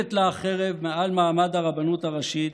מונפת לה החרב מעל מעמד הרבנות הראשית,